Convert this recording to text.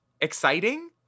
exciting